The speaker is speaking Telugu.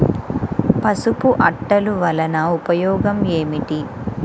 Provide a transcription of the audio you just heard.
పసుపు అట్టలు వలన ఉపయోగం ఏమిటి?